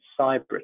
cyber